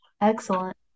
Excellent